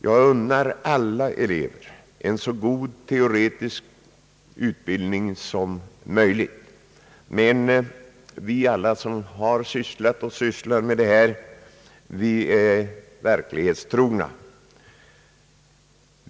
Jag unnar alla elever en så god teoretisk utbildning som möjligt, men alla vi som har sysslat med och fortfarande sysslar med dessa frågor är verklighetstrogna.